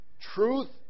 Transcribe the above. truth